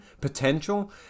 potential